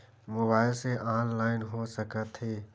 Mobile से online हो सकत हे?